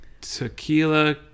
Tequila